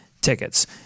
tickets